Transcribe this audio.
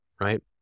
right